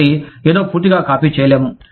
కాబట్టి ఏదో పూర్తిగా కాపీ చేయలేము